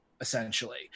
essentially